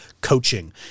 coaching